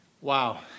Wow